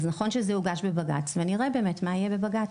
נכון שזה הוגש בבג"ץ ונראה באמת מה יהיה בבג"ץ.